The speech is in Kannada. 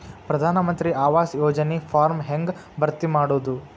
ಪ್ರಧಾನ ಮಂತ್ರಿ ಆವಾಸ್ ಯೋಜನಿ ಫಾರ್ಮ್ ಹೆಂಗ್ ಭರ್ತಿ ಮಾಡೋದು?